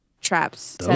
traps